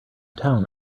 town